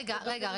רגע,